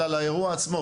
אלא לאירוע עצמו.